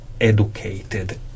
educated